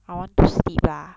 I want to sleep lah